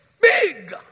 big